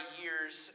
years